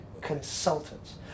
consultants